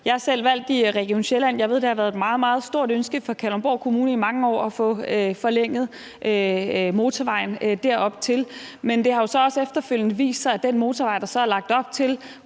Jeg er selv valgt i Region Sjælland. Jeg ved, det har været et meget, meget stort ønske fra Kalundborg Kommune i mange år at få forlænget motorvejen dertil, men det har jo så også efterfølgende vist sig, at den motorvej, der så er lagt op til,